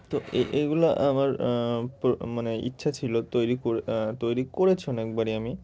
তো এগুলো আমার প্রো মানে ইচ্ছা ছিল তৈরি করে তৈরি করেছি অনেকবারই আমি